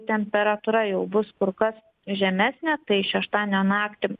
temperatūra jau bus kur kas žemesnė tai šeštadienio naktį